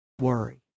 worry